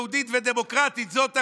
יהודית ודמוקרטית, זאת החוקה.